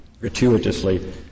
gratuitously